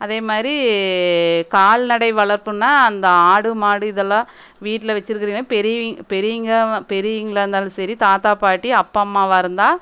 அதே மாதிரி கால்நடை வளர்ப்புனால் அந்த ஆடு மாடு இதெல்லாம் வீட்டில் வைச்சுருக்கிறிங்க பெரிய பெரியவங்க பெரியவங்களா இருந்தாலும் சரி தாத்தா பாட்டி அப்பா அம்மாவாக இருந்தால்